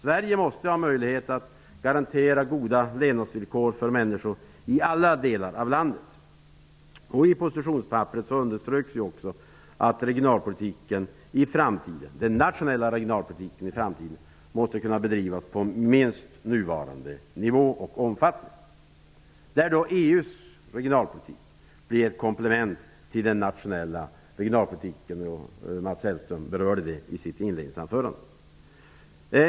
Sverige måste ha möjlighet att garantera goda levnadsvillkor för människor i alla delar av landet. I positionspapperet underströks också att nationell regionalpolitik i framtiden måste kunna bedrivas på minst nuvarande nivå och i minst nuvarande omfattning. EU:s regionalpolitik blir ett komplement till den nationella regionalpolitiken -- Mats Hellström berörde det i sitt inledningsanförande.